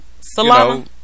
Salama